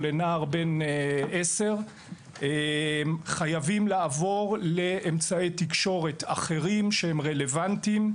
או לנער בן 10. חייבים לעבור לאמצעי תקשורת אחרים שהם רלבנטיים.